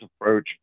approach